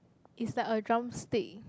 is like a drumstick